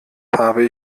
habe